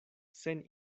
sen